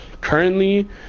currently